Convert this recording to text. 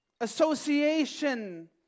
association